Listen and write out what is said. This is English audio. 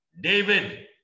David